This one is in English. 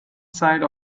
side